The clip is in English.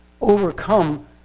overcome